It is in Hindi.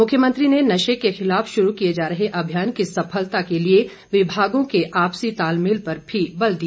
मुख्यमंत्री ने नशे के खिलाफ शुरू किए जा रहे अभियान की सफलता के लिए विभागों के आपसी तालमेल पर भी बल दिया